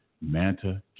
Manta